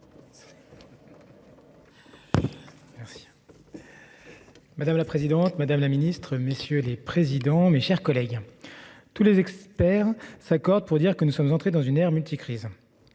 Madame la présidente, madame la secrétaire d'État, mes chers collègues, tous les experts s'accordent pour dire que nous sommes entrés dans une ère multicrises